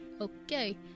Okay